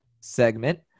segment